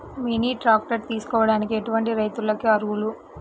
Mini tractor తీసుకోవడానికి ఎటువంటి రైతులకి అర్హులు?